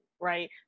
right